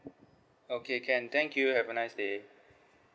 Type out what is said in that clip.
okay can thank you have a nice day